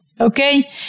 okay